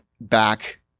back